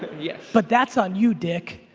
yes. but that's on you dick.